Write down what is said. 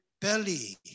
belly